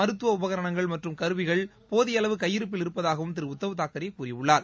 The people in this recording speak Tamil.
மருத்துவ உபகரணங்கள் மற்றும் கருவிகள் போதிய அளவு கையிருப்பில் இருப்பதாகவும் திரு உத்தவ் தாக்ரே கூறியுள்ளார்